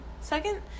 second